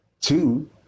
Two